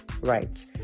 Right